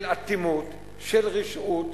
של אטימות, של רשעות,